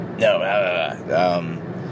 No